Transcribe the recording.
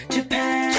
Japan